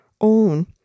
own